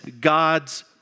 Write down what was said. God's